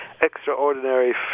extraordinary